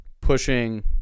pushing